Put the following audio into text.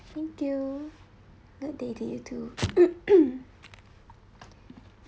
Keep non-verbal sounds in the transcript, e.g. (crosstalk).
thank you good day to you too (coughs)